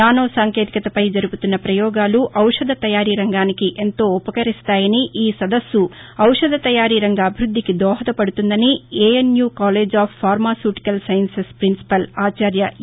nano సాంకేతికతపై జరుపుతున్న పయోగాలు ఔషధ తయారీ రంగానికి ఎంతో ఉపకరిస్తాయని ఈ సదస్సు ఔషధ తయారీ రంగ అభివృద్దికి దోహదపడుతుందని ANU college of pharmaceutical sciences principal Acharya a